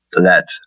let